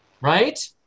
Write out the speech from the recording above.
right